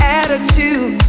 attitude